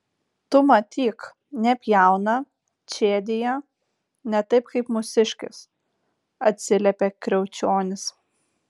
tu matyk nepjauna čėdija ne taip kaip mūsiškis atsiliepė kriaučionis